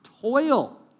toil